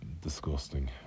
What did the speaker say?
disgusting